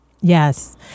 Yes